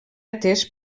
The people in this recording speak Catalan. atès